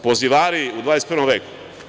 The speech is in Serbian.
Pozivari u 21. veku.